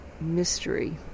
mystery